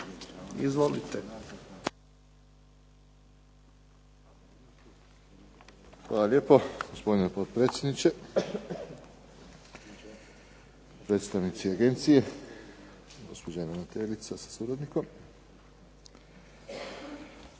(HNS)** Hvala lijepo gospodine potpredsjedniče, predstavnici agencije, gospođa ravnateljica sa suradnikom.